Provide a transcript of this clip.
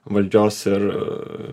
valdžios ir